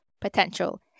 potential